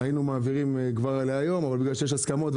היינו מעבירים כבר היום אבל בגלל שיש הסכמות,